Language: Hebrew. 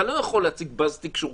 אתה לא יכול להציג באז תקשורתי.